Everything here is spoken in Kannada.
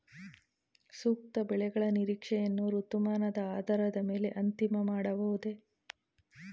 ಸೂಕ್ತ ಬೆಳೆಗಳ ನಿರೀಕ್ಷೆಯನ್ನು ಋತುಮಾನದ ಆಧಾರದ ಮೇಲೆ ಅಂತಿಮ ಮಾಡಬಹುದೇ?